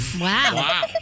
Wow